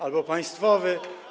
albo „państwowy”